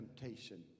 temptation